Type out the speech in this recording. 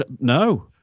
no